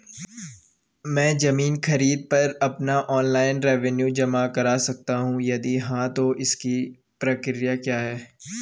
मैं ज़मीन खरीद पर अपना ऑनलाइन रेवन्यू जमा कर सकता हूँ यदि हाँ तो इसकी प्रक्रिया क्या है?